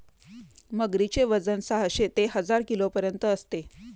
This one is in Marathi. मगरीचे वजन साहशे ते हजार किलोपर्यंत असते